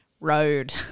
road